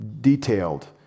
detailed